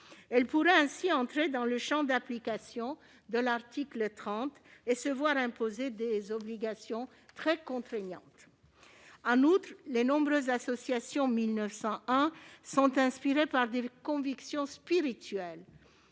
Elles pourraient ainsi entrer dans le champ d'application de l'article 30 et se voir imposer des obligations très contraignantes. En outre, les nombreuses associations loi 1901 sont inspirées par des convictions spirituelles